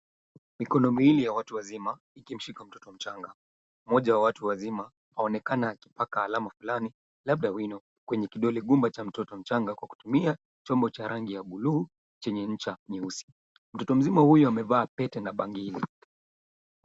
Mikono miwili ya watu wazima ikimshika mtoto mchanga. Mmoja wa watu wazima anaonekana akipaka alama fulani labda wino kwenye kidole gumba cha mtoto mchanga kwa kutumia chombo cha rangi ya bluu chenye ncha nyeusi. Mtoto mzima huyu amevaa Pete na bangili.